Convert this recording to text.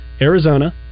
Arizona